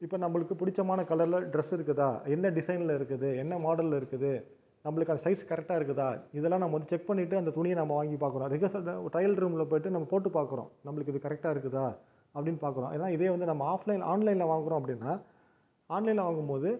இப்போ நம்மளுக்கு பிடிச்சமான கலரில் ட்ரஸ் இருக்குதா என்ன டிசைனில் இருக்குது என்ன மாடலில் இருக்குது நம்மளுக்கு அந்த சைஸ் கரெக்ட்டாக இருக்குதா இதெல்லாம் நம்ம வந்து செக் பண்ணிவிட்டு அந்த துணியை நம்ம வாங்கிப் பார்க்குறோம் ரிகர்சல் த ட்ரையல் ரூமில் போய்விட்டு நம்ம போட்டுப் பார்க்குறோம் நம்மளுக்கு இது கரெக்ட்டாக இருக்குதா அப்படின்னு பார்க்குறோம் இதலாம் இதே வந்து நம்ம ஆஃப்லைனில் ஆன்லைனில் வாங்குகிறோம் அப்படின்னா ஆன்லைனில் வாங்கும்போது